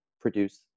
produce